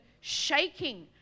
shaking